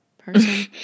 person